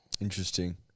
Interesting